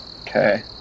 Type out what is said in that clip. Okay